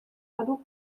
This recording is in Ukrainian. меду